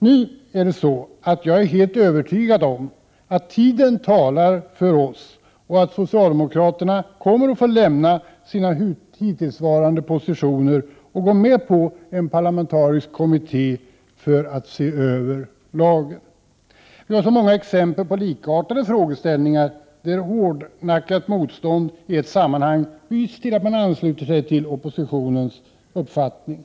Jag är dock helt övertygad om att tiden talar för oss och att socialdemokraterna kommer att få lämna sina hittillsvarande positioner och gå med på att en parlamentarisk kommitté får se över lagen. Det finns många exempel på likartade frågeställningar, där hårdnackat motstånd i ett sammanhang byts till att man ansluter sig till oppositionens uppfattning.